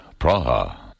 Praha